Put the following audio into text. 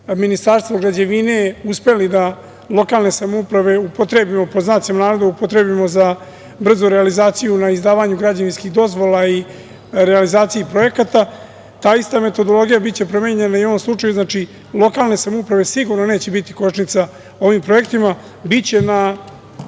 Ministarstvo građevine uspeli da lokalne samouprave upotrebimo, pod znacima navoda – upotrebimo, za brzu realizaciju na izdavanju građevinskih dozvola i realizaciji projekata. Ta ista metodologija biće promenjena i u ovom slučaju, znači, lokalne samouprave neće sigurno biti kočnica ovim projektima, biće na